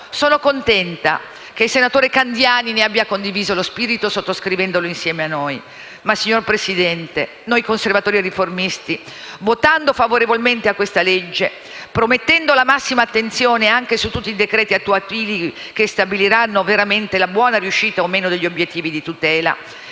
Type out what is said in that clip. Sono contenta che il senatore Candiani ne abbia condiviso lo spirito, sottoscrivendolo insieme a noi. Signor Presidente, noi Conservatori e Riformisti, votando favorevolmente questo disegno di legge, promettendo la massima attenzione anche su tutti i decreti attuativi che stabiliranno veramente la buona riuscita o no degli obiettivi di tutela,